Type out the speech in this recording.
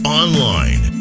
online